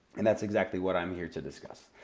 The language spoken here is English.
and that's exactly what i'm here to discuss.